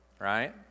right